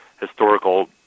historical